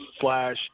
slash